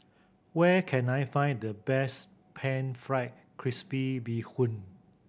where can I find the best Pan Fried Crispy Bee Hoon